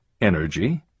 energy